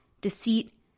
deceit